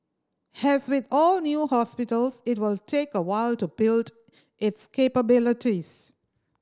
has with all new hospitals it will take a while to build its capabilities